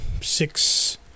six